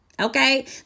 Okay